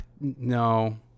No